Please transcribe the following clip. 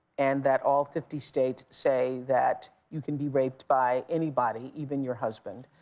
and that all fifty states say that you can be raped by anybody, even your husband.